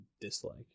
dislike